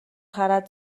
хараад